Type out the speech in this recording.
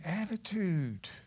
attitude